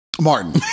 Martin